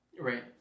Right